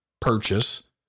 purchase